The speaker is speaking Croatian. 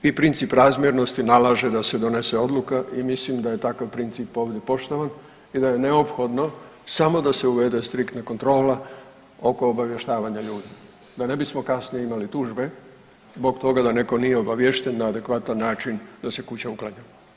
I princip razmjernosti nalaže da se donese odluka i mislim da je takav princip ovdje poštovan i da je neophodno samo da se uvede striktna kontrola oko obavještavanja ljudi da ne bismo kasnije imali tužbe zbog toga da netko nije obaviješten na adekvatan način da se kuća uklanja.